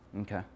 okay